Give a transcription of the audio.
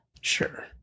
Sure